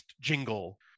jingle